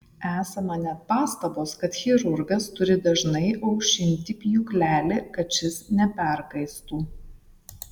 esama net pastabos kad chirurgas turi dažnai aušinti pjūklelį kad šis neperkaistų